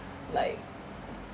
like